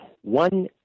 one